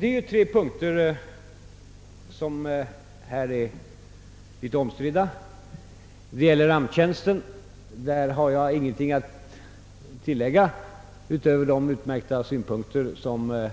Det är tre punkter som här är litet omstridda. Det gäller ramptjänsten, och därvidlag har jag ingenting att tillägga utöver de utmärkta synpunkter som